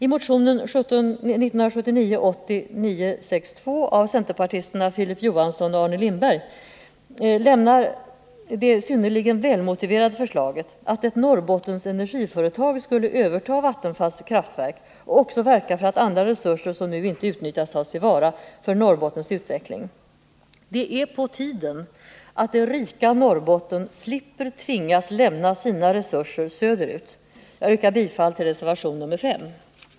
I motionen 1979/80:962 lämnar centerpartisterna Filip Johansson och Arne Lindberg det synnerligen välmotiverade förslaget att ett Norrbottens energiföretag skulle överta Vattenfalls kraftverk och också verka för att andra resurser som nu inte utnyttjas tas till vara för Norrbottens utveckling. Det är på tiden att det rika Norrbotten slipper tvingas lämna sina resurser söderut. Jag yrkar bifall till reservationen 5.